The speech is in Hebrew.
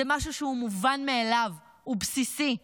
זה משהו שהוא מובן מאליו ובסיסי.